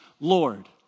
Lord